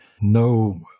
no